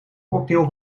cocktail